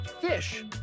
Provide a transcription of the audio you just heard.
fish